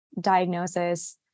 diagnosis